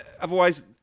otherwise